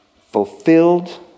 fulfilled